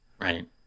Right